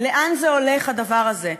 לאן זה הולך, הדבר הזה.